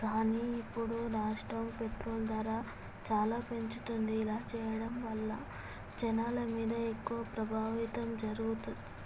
కానీ ఇప్పుడు రాష్ట్రం పెట్రోలు ధర చాలా పెంచుతుంది ఇలా చేయడం వల్ల జనాల మీద ఎక్కువ ప్రభావితం జరుగుతూ